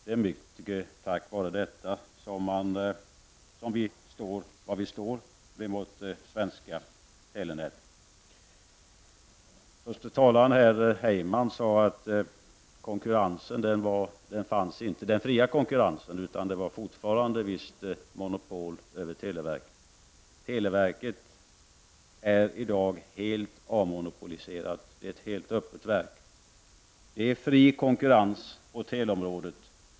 Det är mycket tack vare detta som vi står där vi står med vårt svenska telenät. Den första talaren, Tom Heyman, sade att det inte finns någon fri konkurrens, utan att det fortfarande råder ett visst monopol över televerket. Televerket är i dag helt avmonopoliserat. Det är ett helt öppet verk, och det råder fri konkurrens på teleområdet.